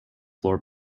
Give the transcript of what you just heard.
floor